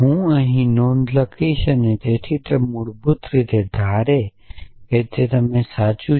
હું નોંધ લખીશ અને તેથી તે મૂળભૂત રીતે ધારે કે તે સાચું છે